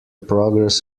progress